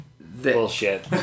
Bullshit